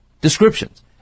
descriptions